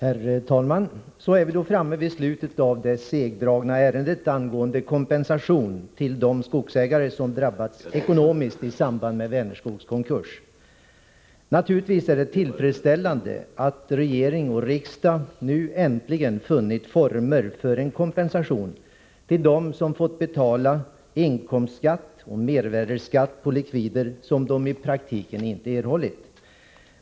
Herr talman! Så är vi då framme vid slutet av det segdragna ärendet angående kompensation till de skogsägare som drabbats ekonomiskt i samband med Vänerskogs konkurs. Naturligtvis är det tillfredsställande att regering och riksdag nu äntligen funnit former för en kompensation till dem som fått betala inkomstskatt och mervärdeskatt på likvider, som de i praktiken inte erhållit.